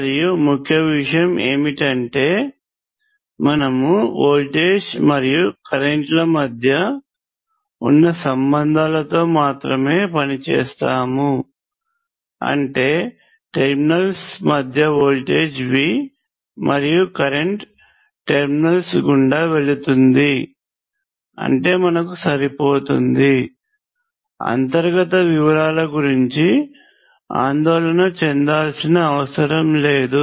మరియు ముఖ్య విషయం ఏమిటంటే మనము వోల్టేజ్ మరియు కరెంట్ల మధ్య ఉన్న సంబంధాలతో మాత్రమే పని చేస్తాము అంటే టెర్మినల్స్ మధ్య వోల్టేజ్ V మరియు కరెంట్ టెర్మినల్స్ గుండా వెళుతుంది అంటే మనకు సరిపోతుంది అంతర్గత వివరాల గురించి ఆందోళన చెందాల్సిన అవసరం లేదు